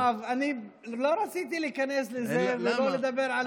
יואב, אני לא רציתי להיכנס לזה ולא לדבר על בלפור.